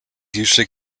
usually